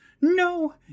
No